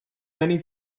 many